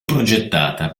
progettata